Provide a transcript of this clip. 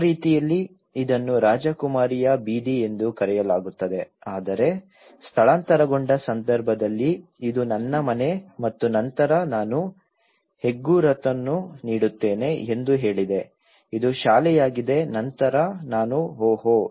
ಆ ರೀತಿಯಲ್ಲಿ ಇದನ್ನು ರಾಜಕುಮಾರಿಯ ಬೀದಿ ಎಂದು ಕರೆಯಲಾಗುತ್ತದೆ ಆದರೆ ಸ್ಥಳಾಂತರಗೊಂಡ ಸಂದರ್ಭದಲ್ಲಿ ಇದು ನನ್ನ ಮನೆ ಮತ್ತು ನಂತರ ನಾನು ಹೆಗ್ಗುರುತನ್ನು ನೀಡುತ್ತೇನೆ ಎಂದು ಹೇಳಿದೆ ಇದು ಶಾಲೆಯಾಗಿದೆ ನಂತರ ನಾನು ಓಹ್